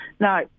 no